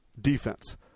defense